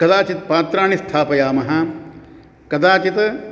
कदाचित् पात्राणि स्थापयामः कदाचित्